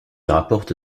rapporte